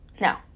no